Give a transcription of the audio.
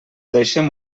deixem